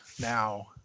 now